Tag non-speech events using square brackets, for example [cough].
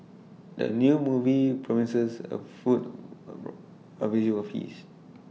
the new movie promises A food [unintelligible] A visual feast